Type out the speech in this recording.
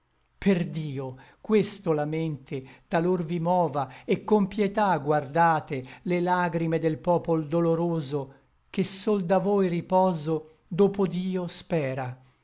perdio questo la mente talor vi mova et con pietà guardate le lagrime del popol doloroso che sol da voi riposo dopo dio spera